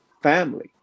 family